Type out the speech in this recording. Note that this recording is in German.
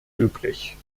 üblich